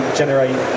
generate